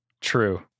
True